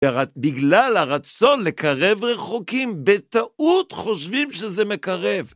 בגלל הרצון לקרב רחוקים, בטעות חושבים שזה מקרב.